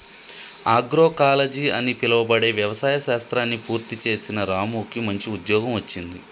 agroecology అని పిలువబడే వ్యవసాయ శాస్త్రాన్ని పూర్తి చేసిన రాముకు మంచి ఉద్యోగం వచ్చింది